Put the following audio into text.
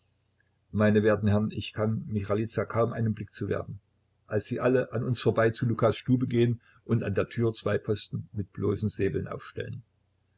meine werten herren ich kann michailiza kaum einen blick zuwerfen als sie alle an uns vorbei zu lukas stube gehen und an der türe zwei posten mit bloßen säbeln aufstellen